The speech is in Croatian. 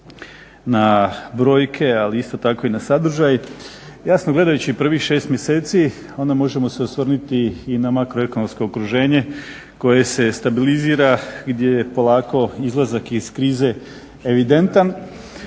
na brojke, ali isto tako i na sadržaj. Jasno gledajući prvih šest mjeseci onda možemo se osvrnuti i na makroekonomsko okruženje koje se stabilizira gdje je polako izlazak iz krize evidentan.